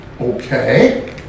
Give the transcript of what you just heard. Okay